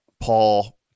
Paul